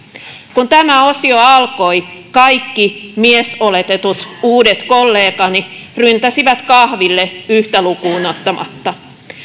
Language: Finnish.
kun tämä osio alkoi kaikki miesoletetut uudet kollegani ryntäsivät kahville yhtä lukuun ottamatta